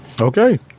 Okay